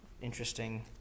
interesting